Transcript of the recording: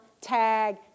tag